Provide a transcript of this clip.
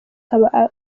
aba